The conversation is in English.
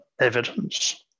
evidence